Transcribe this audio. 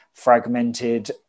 fragmented